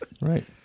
Right